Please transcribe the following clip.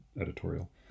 editorial